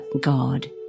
God